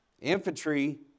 Infantry